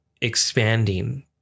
expanding